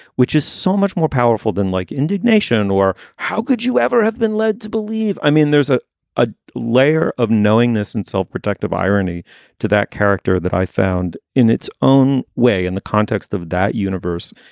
which is so much more powerful than like indignation. or how could you ever have been led to believe? i mean, there's a a layer of knowingness and self-protective irony to that character that i found in its own way in the context of that universe.